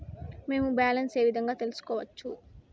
మేము బ్యాలెన్స్ ఏ విధంగా తెలుసుకోవచ్చు?